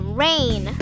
rain